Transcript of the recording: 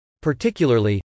Particularly